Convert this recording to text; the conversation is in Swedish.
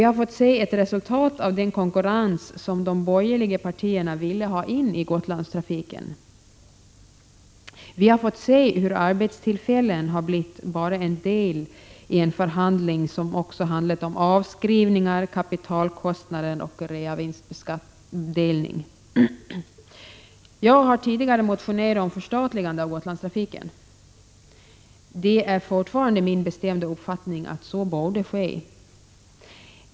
Vi har fått se ett resultat av den konkurrens som de borgerliga partierna ville ha in i Gotlandstrafiken. Vi har fått se hur arbetstillfällen blivit bara en del i en förhandling som handlat om avskrivningar, kapitalkostnader och reavinstsdelning. Jag har tidigare motionerat om förstatligande av Gotlandstrafiken, och det är fortfarande min bestämda uppfattning att den borde förstatligas.